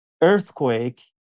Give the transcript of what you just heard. earthquake